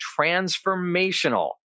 transformational